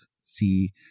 see